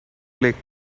click